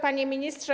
Panie Ministrze!